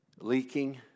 leaking